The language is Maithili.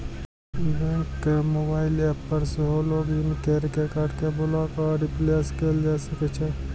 बैंकक मोबाइल एप पर सेहो लॉग इन कैर के कार्ड कें ब्लॉक आ रिप्लेस कैल जा सकै छै